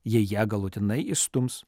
jei ją galutinai išstums